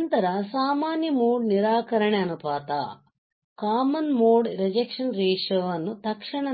ನಂತರ ಸಾಮಾನ್ಯ ಮೋಡ್ ನಿರಾಕರಣೆ ಅನುಪಾತವನ್ನು ತಕ್ಷಣ